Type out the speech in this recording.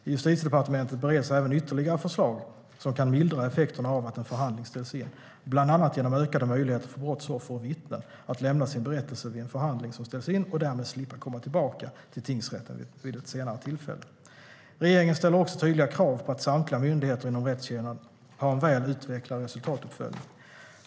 I Justitiedepartementet bereds även ytterligare förslag som kan mildra effekterna av att en förhandling ställs in, bland annat genom ökade möjligheter för brottsoffer och vittnen att lämna sin berättelse vid en förhandling som ställs in och därmed slippa komma tillbaka till tingsrätten vid ett senare tillfälle. Regeringen ställer också tydliga krav på att samtliga myndigheter inom rättskedjan har en väl utvecklad resultatuppföljning.